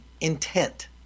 intent